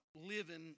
living